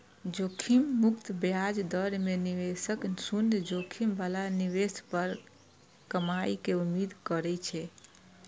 जोखिम मुक्त ब्याज दर मे निवेशक शून्य जोखिम बला निवेश पर कमाइ के उम्मीद करै छै